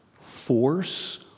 force